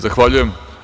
Zahvaljujem.